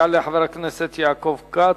יעלה חבר הכנסת יעקב כץ,